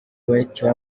white